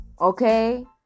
Okay